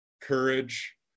courage